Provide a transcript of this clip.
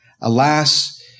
Alas